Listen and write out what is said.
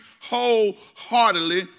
wholeheartedly